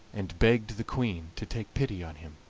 and begged the queen to take pity on him.